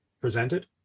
presented